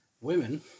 women